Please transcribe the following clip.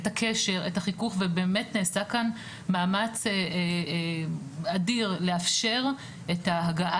את הקשר ואת החיכוך ובאמת נעשה כאן מאמץ אדיר לאפשר את ההגעה